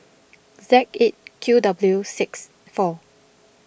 Z eight Q W six four